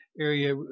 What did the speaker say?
area